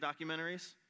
documentaries